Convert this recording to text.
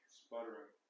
sputtering